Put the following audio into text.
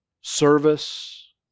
service